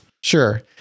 Sure